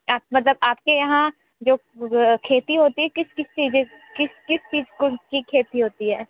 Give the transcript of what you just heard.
आप मतलब आप के यहाँ जो खेती होती है किस किस चीज़ किस किस चीज़ की खेती होती है